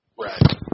Right